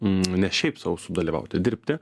ne šiaip sau sudalyvauti dirbti